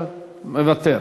מוותר.